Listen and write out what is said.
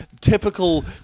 Typical